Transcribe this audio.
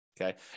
okay